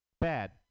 Bad